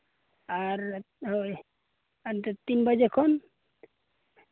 ᱟᱨ ᱦᱳᱭ ᱟᱨ ᱱᱚᱛᱮ ᱛᱤᱱ ᱵᱟᱡᱮ ᱠᱷᱚᱱ